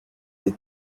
êtes